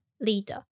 Leader